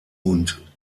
und